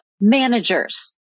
managers